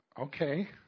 okay